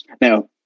Now